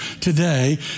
today